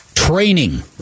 Training